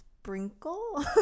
sprinkle